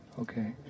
Okay